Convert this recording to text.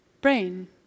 brain